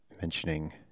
mentioning